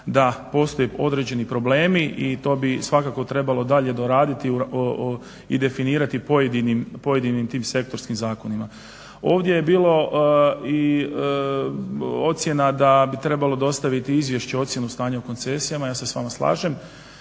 da postoje određeni problemi i to bi svakako trebalo dalje doraditi i definirati pojedinim tim sektorskim zakonima. Ovdje je bilo i ocjena da bi trebalo dostaviti Izvješće o ocjeni stanja u koncesijama, ja se s vama slažem.